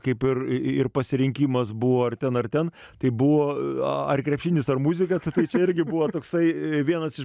kaip ir ir pasirinkimas buvo ar ten ar ten tai buvo ar krepšinis ar muzika tai čia irgi buvo toksai vienas iš